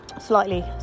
slightly